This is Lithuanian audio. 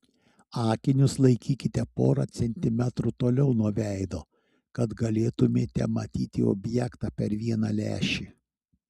akinius laikykite porą centimetrų toliau nuo veido kad galėtumėte matyti objektą per vieną lęšį